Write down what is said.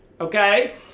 okay